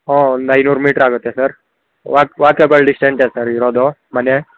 ಓ ಒಂದು ಐನೂರು ಮೀಟ್ರ್ ಆಗತ್ತೆ ಸರ್ ವಾಕ್ ವಾಕೇಬಲ್ ಡಿಸ್ಟೆನ್ಸೇ ಸರ್ ಇರೋದು ಮನೆ